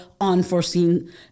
unforeseen